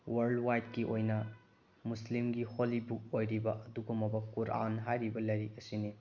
world ꯋꯥꯏꯠꯀꯤ ꯑꯣꯏꯅ ꯃꯨꯁꯂꯤꯝꯒꯤ ꯍꯣꯂꯤꯕꯨꯛ ꯑꯣꯏꯔꯤꯕ ꯑꯗꯨꯒꯨꯝꯂꯕ ꯀꯨꯔꯥꯟ ꯍꯥꯏꯔꯤꯕ ꯂꯥꯏꯔꯤꯛ ꯑꯁꯤꯅꯤ